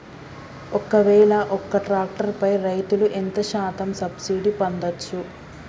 ఒక్కవేల ఒక్క ట్రాక్టర్ పై రైతులు ఎంత శాతం సబ్సిడీ పొందచ్చు?